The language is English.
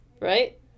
right